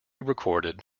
recorded